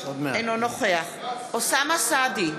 אינו נוכח אוסאמה סעדי,